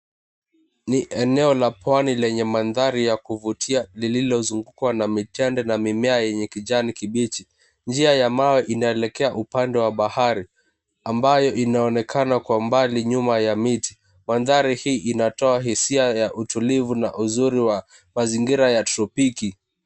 Ni eneo la pwani lenye mandhari ya kuvutia lililozungukwa na mitende na mimea yenye kijani kibichi. Njia ya mawe inaelekea upande wa bahari ambayo inaonekana kwa mbali nyuma ya miti. Mandhari hii inatoa hisia ya utulivu na uzuri wa mazingira ya tropiki .